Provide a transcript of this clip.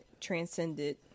transcended